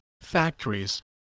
factories